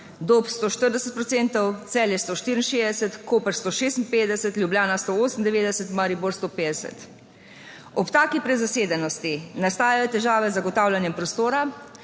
procentov, Celje 164, Koper 156, Ljubljana 198, Maribor 150. Ob taki prezasedenosti nastajajo težave z zagotavljanjem prostora,